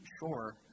sure